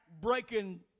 breaking